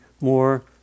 more